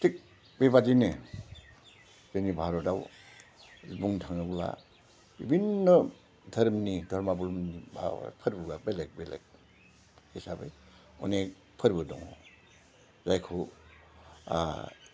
थिग बेबायदिनो जोंनि भारताव बुंनो थाङोब्ला बिभिन्न' धोरोमनि धोरमाआरि फोरबोआ बेलेग बेलेग हिसाबै अनेक फोरबो दङ जायखौ